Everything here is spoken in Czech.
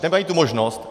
Nemají tu možnost.